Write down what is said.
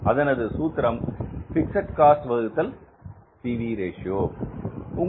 அதனது சூத்திரம் fixed cost வகுத்தல் P V ratio PV Ratio